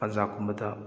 ꯄꯟꯖꯥꯕꯀꯨꯝꯕꯗ